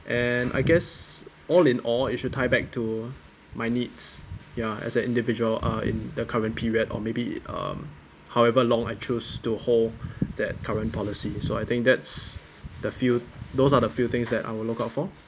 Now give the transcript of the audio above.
and I guess all in all you should tie back to my needs ya as an individual ah in the current period or maybe um however long I chose to hold that current policy so I think that's the few those are the few things that I will look out for